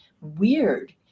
weird